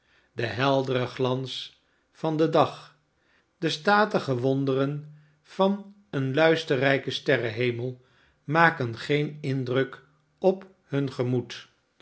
de heldere glans van den dag de statige wonderen van een luisterrijken sterrenhemel maken geen indruk op hun gemoed